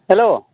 hello